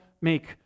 make